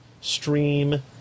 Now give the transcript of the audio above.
stream